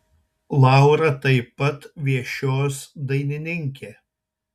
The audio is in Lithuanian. laura taip pat viešios dainininkė